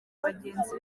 bagenzi